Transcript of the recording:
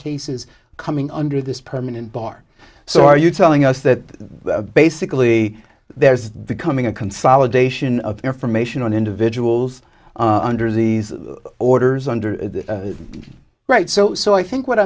cases coming under this permanent bar so are you telling us that basically there is becoming a consolidation of information on individuals under these orders under the right so so i think what